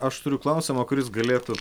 aš turiu klausimą kuris galėtų